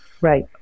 Right